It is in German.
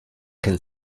kein